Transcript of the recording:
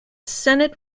senate